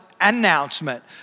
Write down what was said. announcement